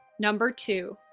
number two,